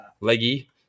leggy